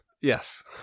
Yes